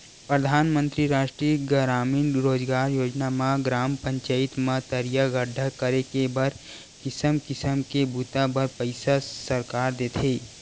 परधानमंतरी रास्टीय गरामीन रोजगार योजना म ग्राम पचईत म तरिया गड्ढ़ा करे के बर किसम किसम के बूता बर पइसा सरकार देथे